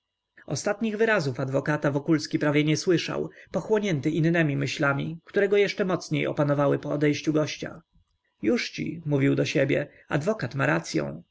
ostatnich wyrazów adwokata wokulski prawie nie słyszał pochłonięty innemi myślami które go jeszcze mocniej opanowały po odejściu gościa jużci mówił do siebie adwokat ma racyą